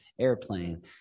airplane